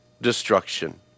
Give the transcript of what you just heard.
destruction